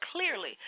clearly